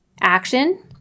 Action